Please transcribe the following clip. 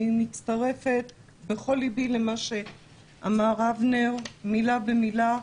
אני מצטרפת בכל ליבי למה שאמר אבנר, מילה במילה.